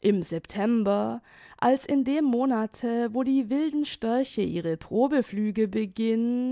im september als in dem monate wo die wilden störche ihre probeflüge beginnen